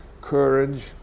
courage